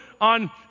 on